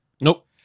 Nope